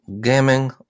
gaming